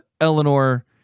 Eleanor